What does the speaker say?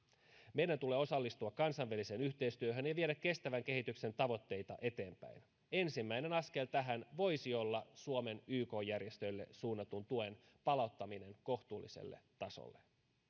meidän tulee osallistua kansainväliseen yhteistyöhön ja viedä kestävän kehityksen tavoitteita eteenpäin ensimmäinen askel tähän voisi olla suomen yk järjestöille suunnatun tuen palauttaminen kohtuulliselle tasolle